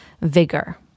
vigor